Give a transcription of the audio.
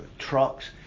Trucks